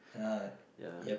uh yup